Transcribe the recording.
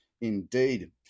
indeed